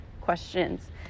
questions